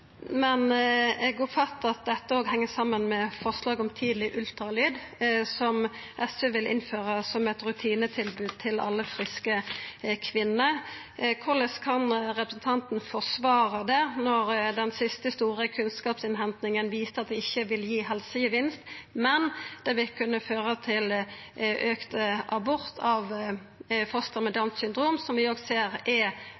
men eg oppfattar at dette òg heng saman med forslaget om tidleg ultralyd, som SV vil innføra som eit rutinetilbod til alle friske kvinner. Korleis kan representanten forsvara det, når den siste store kunnskapsinnhentinga viste at det ikkje vil gi helsegevinst, men vil kunna føra til auka tal på abortar av foster med Downs syndrom, som vi òg ser er